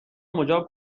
مجاب